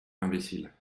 imbécile